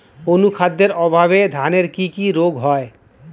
অনুখাদ্যের অভাবে ধানের কি কি রোগ হয়?